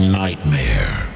nightmare